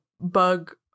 bug